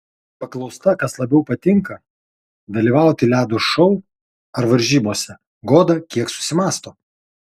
paklausta kas labiau patinka dalyvauti ledo šou ar varžybose goda kiek susimąsto